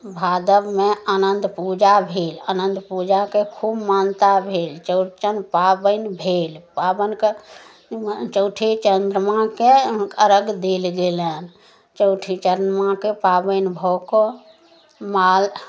भादबमे अनन्त पूजा भेल अनन्त पूजाके खूब मानता भेल चौड़चन पाबनि भेल पाबनि कऽ चौठी चन्द्रमाके अर्घ देल गेलनि चौठी चन्द्रमाके पाबनि भऽ कऽ माल